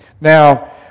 Now